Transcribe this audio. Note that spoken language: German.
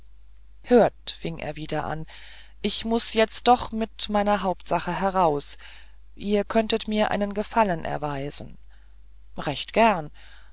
hört fing er wieder an ich muß jetzt doch mit meiner hauptsache heraus ihr könntet mir einen gefallen erweisen recht gern